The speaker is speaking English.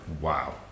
wow